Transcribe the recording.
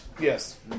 Yes